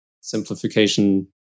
simplification